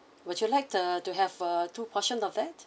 would you like the to have a two portion of that